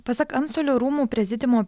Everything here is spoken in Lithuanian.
pasak antstolių rūmų prezidiumo